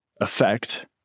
effect